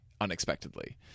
unexpectedly